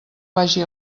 vagi